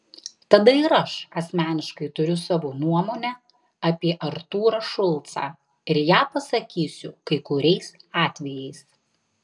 tada ir aš asmeniškai turiu savo nuomonę apie artūrą šulcą ir ją pasakysiu kai kuriais atvejais